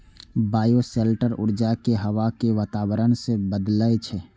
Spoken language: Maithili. बायोशेल्टर ऊर्जा कें हवा के वातावरण सं बदलै छै